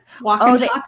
walking